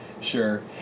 sure